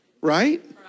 Right